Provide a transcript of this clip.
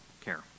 care